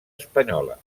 espanyola